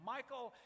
Michael